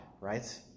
right